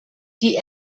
die